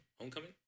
Homecoming